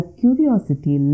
curiosity